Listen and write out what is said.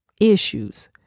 issues